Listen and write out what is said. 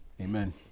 Amen